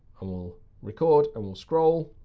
and we'll record, and we'll scroll.